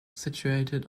situated